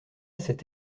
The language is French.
cet